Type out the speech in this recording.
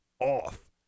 off